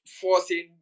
forcing